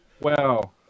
Wow